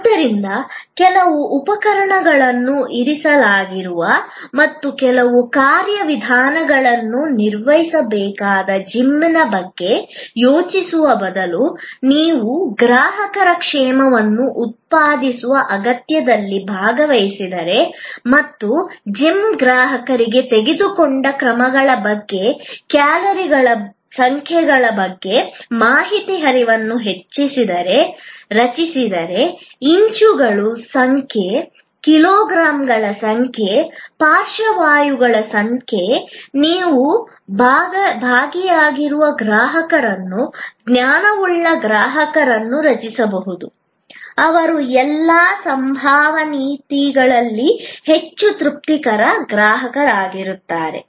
ಆದ್ದರಿಂದ ಕೆಲವು ಉಪಕರಣಗಳನ್ನು ಇರಿಸಲಾಗಿರುವ ಮತ್ತು ಕೆಲವು ಕಾರ್ಯವಿಧಾನಗಳನ್ನು ನಿರ್ವಹಿಸಬಹುದಾದ ಜಿಮ್ನ ಬಗ್ಗೆ ಯೋಚಿಸುವ ಬದಲು ನೀವು ಗ್ರಾಹಕರ ಕ್ಷೇಮವನ್ನು ಉತ್ಪಾದಿಸುವ ಅಗತ್ಯದಲ್ಲಿ ಭಾಗವಹಿಸಿದರೆ ಮತ್ತು ಜಿಮ್ ಗ್ರಾಹಕರಿಗೆ ತೆಗೆದುಕೊಂಡ ಕ್ರಮಗಳ ಬಗ್ಗೆ ಕ್ಯಾಲೊರಿಗಳ ಸಂಖ್ಯೆಯ ಬಗ್ಗೆ ಮಾಹಿತಿ ಹರಿವನ್ನು ರಚಿಸಿದರೆ ಇಂಚುಗಳ ಸಂಖ್ಯೆ ಕಿಲೋಗ್ರಾಂಗಳ ಸಂಖ್ಯೆ ಪಾರ್ಶ್ವವಾಯುಗಳ ಸಂಖ್ಯೆ ನೀವು ಭಾಗಿಯಾಗಿರುವ ಗ್ರಾಹಕರನ್ನು ಜ್ಞಾನವುಳ್ಳ ಗ್ರಾಹಕರನ್ನು ರಚಿಸಬಹುದು ಅವರು ಎಲ್ಲ ಸಂಭವನೀಯತೆಗಳಲ್ಲಿ ಹೆಚ್ಚು ತೃಪ್ತಿಕರ ಗ್ರಾಹಕರಾಗುತ್ತಾರೆ